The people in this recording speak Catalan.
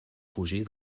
fugir